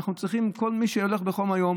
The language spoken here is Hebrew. כל מי שהולך בחום היום,